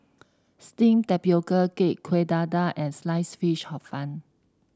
steamed Tapioca Cake Kueh Dadar and Sliced Fish Hor Fun